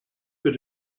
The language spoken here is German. für